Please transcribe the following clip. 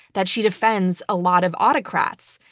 that she defends a lot of autocrats.